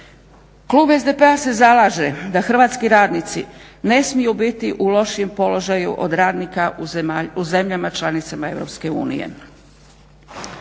Klub SDP-a se zalaže da hrvatski radnici ne smiju biti u lošijem položaju od radnika u zemljama članicama EU.